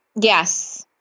yes